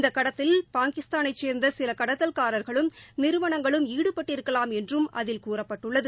இந்தக் கடத்தலில் பாகிஸ்தானைச் சேர்ந்த சில கடத்தல்காரர்களும் நிறுவனங்களும் ஈடுபட்டிருக்கலாம் என்றும் அதில் கூறப்பட்டுள்ளது